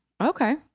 Okay